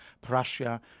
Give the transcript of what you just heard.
Prussia